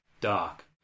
dark